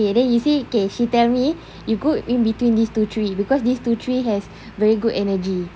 okay then you see okay she tell me you go in between these two trees because these two trees has very good energy